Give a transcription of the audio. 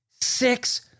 Six